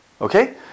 Okay